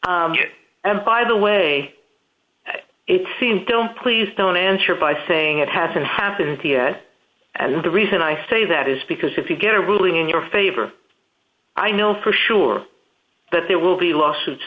it and by the way it seems don't please don't answer by saying it hasn't happened yet and the reason i say that is because if you get a ruling in your favor i know for sure that there will be lawsuits